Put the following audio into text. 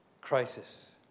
crisis